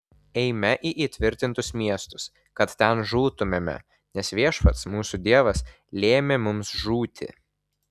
eime į įtvirtintus miestus kad ten žūtumėme nes viešpats mūsų dievas lėmė mums žūti